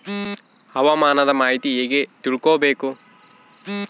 ಹವಾಮಾನದ ಮಾಹಿತಿ ಹೇಗೆ ತಿಳಕೊಬೇಕು?